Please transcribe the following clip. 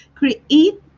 create